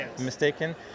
mistaken